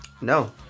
No